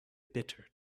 bitter